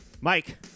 Mike